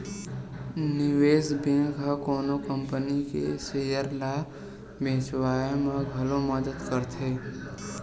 निवेस बेंक ह कोनो कंपनी के सेयर ल बेचवाय म घलो मदद करथे